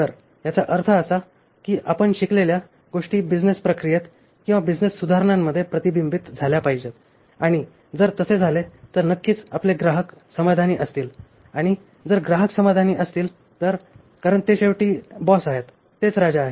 तर याचा अर्थ असा आहे की शिकलेल्या गोष्टी बिझनेस प्रक्रियेत किंवा बिझनेस सुधारणांमध्ये प्रतिबिंबित झाल्या पाहिजेत आणि जर तसे झाले तर नक्कीच आपले ग्राहक समाधानी असतील आणि जर ग्राहक समाधानी असतील तर कारण ते शेवटी बॉस आहेत तेच राजा आहेत